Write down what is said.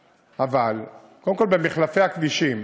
קודם כול, מחלפי הכבישים,